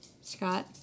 Scott